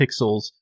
pixels